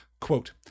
quote